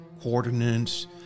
coordinates